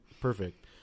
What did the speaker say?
Perfect